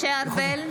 (קוראת בשמות חברי הכנסת) משה ארבל,